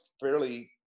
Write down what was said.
fairly